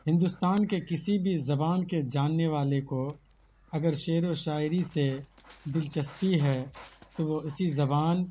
ہندوستان کے کسی بھی زبان کے جاننے والے کو اگر شعر و شاعری سے دلچسپی ہے تو وہ اسی زبان